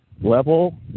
level